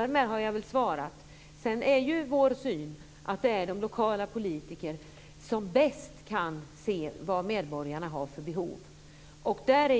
Därmed har jag svarat. Det är de lokala politikerna som bäst kan se vilka behov människorna har.